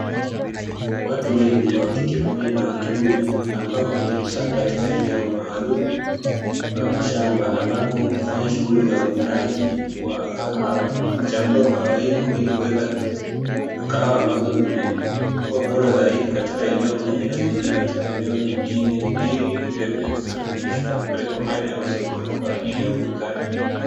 Watu wengi w akike pamoja na wa kiume, ambao wamejikusanya katika eneo maalumu la mashamba, ambako hufanya shughuli za uvunaji wa kahawa na kuchambua kahawa hizo ili kuweka kahawa ambazo zimekuwa bora zaidi katika eneo moja na zingine katika eneo jingine, ili ziweze kusafirishwa na kupelekwa maeneo ya masokoni kwa ajili ya uuzaji.